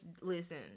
listen